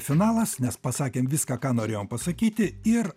finalas nes pasakėm viską ką norėjom pasakyti ir